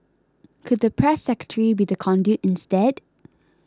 could the press secretary be the conduit instead